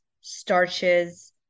starches